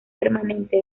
permanente